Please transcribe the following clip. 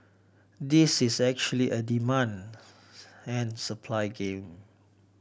this is actually a demand and supply game